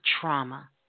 trauma